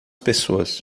pessoas